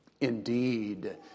Indeed